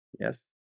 Yes